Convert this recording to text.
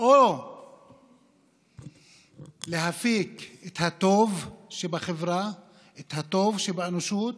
או להפיק את הטוב שבחברה, את הטוב שבאנושות,